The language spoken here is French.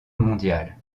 mondiale